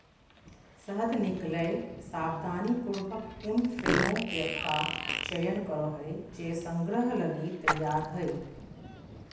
शहद निकलैय सावधानीपूर्वक उन फ्रेमों का चयन करो हइ जे संग्रह लगी तैयार हइ